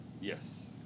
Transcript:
Yes